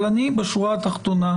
אבל אני, בשורה התחתונה,